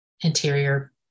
interior